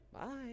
Bye